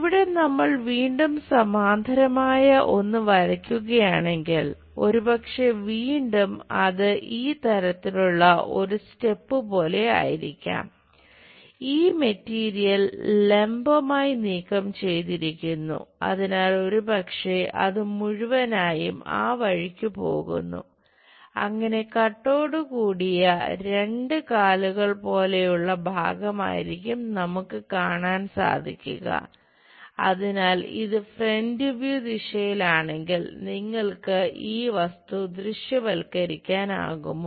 ഇവിടെ നമ്മൾ വീണ്ടും സമാന്തരമായ ഒന്ന് വരയ്ക്കുകയാണെങ്കിൽ ഒരുപക്ഷേ വീണ്ടും അത് ഈ തരത്തിലുള്ള ഒരു സ്റ്റെപ് ദിശയിലാണെങ്കിൽ നിങ്ങൾക്ക് ഈ വസ്തു ദൃശ്യവൽക്കരിക്കാനാകുമോ